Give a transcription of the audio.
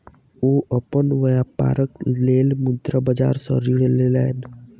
ओ अपन व्यापारक लेल मुद्रा बाजार सॅ ऋण लेलैन